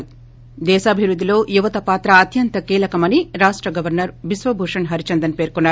ి దేశాభివృద్దిలో యువత పాత్ర అత్యంత కీలకమని రాష్ట గవర్నర్ బిశ్వభూషణ్ హరిచందన్ పేర్కొన్నారు